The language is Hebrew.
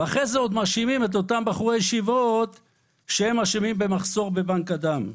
ואחרי זה עוד מאשימים את אותם בחורי הישיבה שהם אשמים במחסור בבנק הדם.